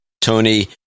Tony